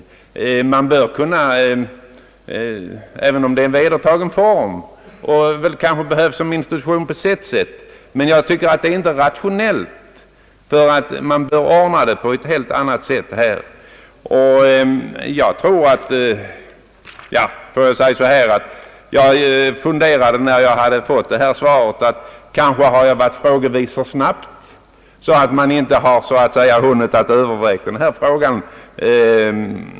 Även om detta tillvägagångssätt är en vedertagen form, som kanske i och för sig behövs som institution, tycker jag inte att det är rationellt, utan frågor av detta slag bör kunna handläggas på ett helt annat sätt. När jag fått svaret, undrade jag om jag kanske hade varit för snabb med min fråga, så att man inte hunnit överväga detta spörsmål i sin fulla räckvidd.